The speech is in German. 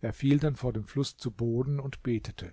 er fiel dann vor dem fluß zu boden und betete